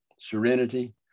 serenity